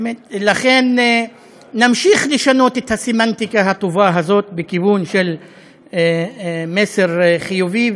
לכן נמשיך לשנות את הסמנטיקה הטובה הזאת בכיוון של מסר חיובי.